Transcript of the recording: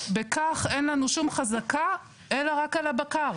בכך אין לנו שום חזקה אלא רק על הבקר.